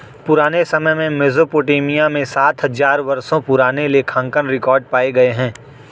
पुराने समय में मेसोपोटामिया में सात हजार वर्षों पुराने लेखांकन रिकॉर्ड पाए गए हैं